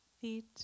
feet